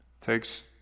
takes